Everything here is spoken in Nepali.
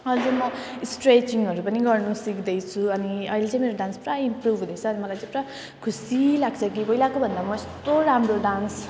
अहिले म स्ट्रेचिङहरू पनि गर्नु सिक्दैछु अनि अहिले चाहिँ मेरो डान्स पुरा इम्प्रुभ हुँदैछ अनि मलाई चाहिँ पुरा खुसी लाग्छ कि पहिलाको भन्दा म यस्तो राम्रो डान्स